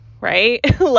right